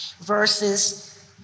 verses